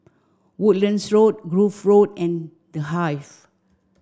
Woodlands Road Grove Road and The Hive